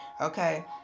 Okay